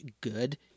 good